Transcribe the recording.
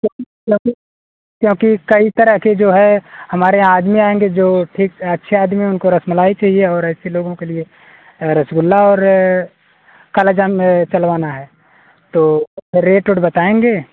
क्योंकि क्योंकि क्योंकि कई तरह के जो है हमारे यहाँ आदमी आऍंगे जो ठीक अच्छे आदमी उनको रसमलाई चाहिए और ऐसे लोगों के लिए रसगुल्ला और काला जाम चलवाना है तो रेट ओट बताएँगे